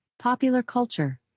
popular culture,